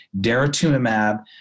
daratumumab